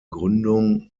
gründung